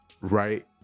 right